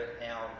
now